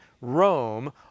Rome